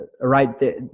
right